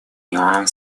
днем